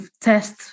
test